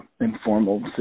informal